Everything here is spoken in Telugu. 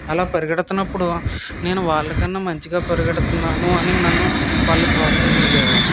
అలా పరిగెడుతున్నప్పుడు నేను వాళ్లకన్నా మంచిగా పరిగెడుతున్నాను అని నన్ను వాళ్ళు ప్రోత్సహించేవారు